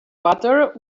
butter